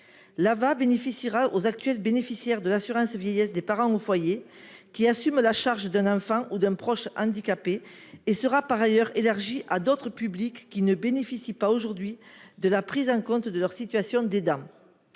L'AVA bénéficiera aux actuels bénéficiaires de l'assurance vieillesse des parents au foyer qui assument la charge d'un enfant ou d'un proche handicapé et sera par ailleurs élargie à d'autres publics, qui ne bénéficient pas aujourd'hui de la prise en compte de leur situation d'aidant,